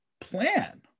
plan